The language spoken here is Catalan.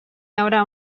haurà